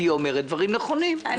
והיא אומרת דברים נכונים,